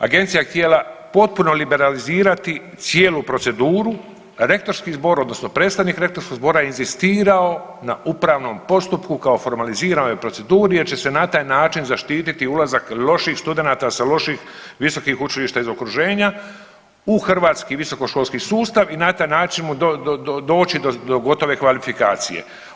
Agencija je htjela potpuno liberalizirati cijelu proceduru, a rektorski zbor odnosno predstavnik rektorskog zbora je inzistirao na upravnom postupku kao formaliziranoj proceduri jer će se na taj način zaštiti ulazak loših studenata sa loših visokih učilišta iz okruženja u hrvatski visokoškolski sustav i na taj način doći do gotove kvalifikacije.